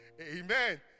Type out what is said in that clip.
Amen